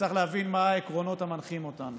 וצריך להבין מה העקרונות המנחים אותנו.